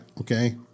okay